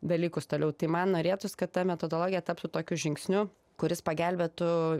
dalykus toliau tai man norėtųs kad ta metodologija taptų tokiu žingsniu kuris pagelbėtų